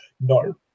No